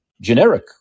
generic